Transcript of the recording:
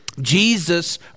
Jesus